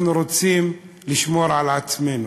אנחנו רוצים לשמור על עצמנו.